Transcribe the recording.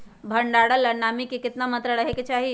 भंडारण ला नामी के केतना मात्रा राहेके चाही?